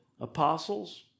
apostles